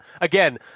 Again